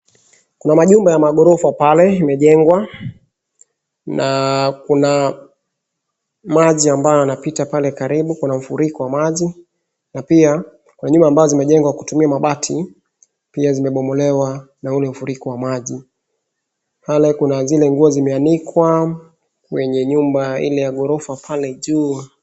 Kuna majumba ya maghorofa pale imejengwa na kuna maji ambayo yanapita pale karibu, kuna mfuriko wa maji na pia kuna nyumba ambazo zimejengwa kutumia mabati pia zimebomolewa na ule mfuriko wa maji. Pale kuna zile nguo zimeanikwa kwenye nyumba ile ya ghorofa pale juu.